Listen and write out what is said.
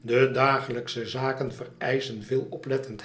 de dagelijksche zaken vereischen